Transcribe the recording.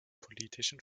politischen